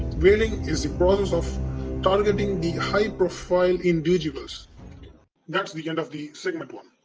whaling is the process of targeting the high profile individuals that's the end of the segment one.